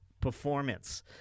performance